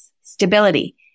stability